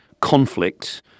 conflict